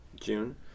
June